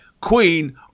Queen